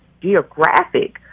geographic